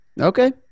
Okay